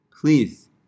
please